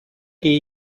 gehe